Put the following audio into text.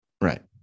Right